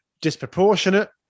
Disproportionate